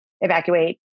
evacuate